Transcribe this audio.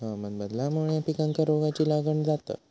हवामान बदलल्यामुळे पिकांका रोगाची लागण जाता